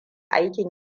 aikin